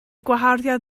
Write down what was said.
gwaharddiad